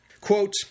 Quote